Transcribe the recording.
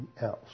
else